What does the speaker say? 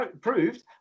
proved